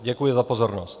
Děkuji za pozornost.